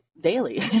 daily